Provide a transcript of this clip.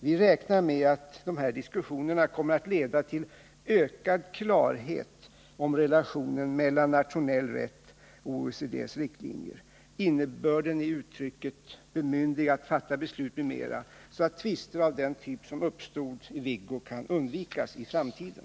Vi räknar med att dessa diskussioner kommer att leda till ökad klarhet om relationen mellan nationell rätt och OECD:s riktlinjer, innebörden av uttrycket ”bemyndigad att fatta beslut” m.m., så att tvister av den typ som uppstod i Viggo kan undvikas i framtiden.